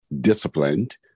disciplined